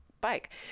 bike